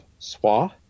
SWA